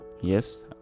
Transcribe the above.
yes